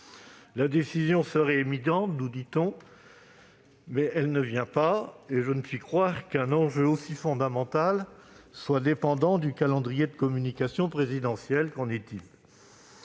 La décision est imminente, nous dit-on, mais elle tarde cependant à se manifester. Je ne puis croire qu'un enjeu aussi fondamental soit dépendant du calendrier de communication présidentiel ! Qu'en est-il